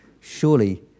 surely